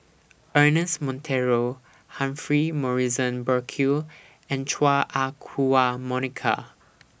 Ernest Monteiro Humphrey Morrison Burkill and Chua Ah Huwa Monica